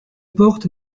portes